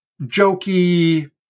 jokey